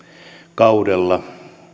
kaudella